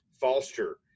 foster